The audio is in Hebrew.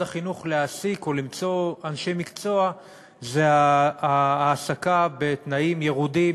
החינוך להעסיק או למצוא אנשי מקצוע זה ההעסקה בתנאים ירודים,